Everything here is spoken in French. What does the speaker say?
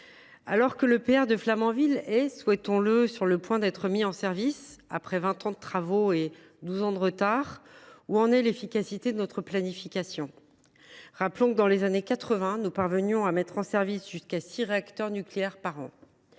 Alors que l’EPR () de Flamanville est, souhaitons le, sur le point d’être mis en service, après vingt ans de travaux et douze ans de retard, où en est l’efficacité de notre planification ? Rappelons que, dans les années 1980, nous parvenions à mettre en service jusqu’à six réacteurs nucléaires par an.